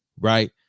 right